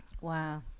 Wow